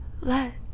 Let